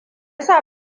sa